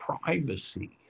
privacy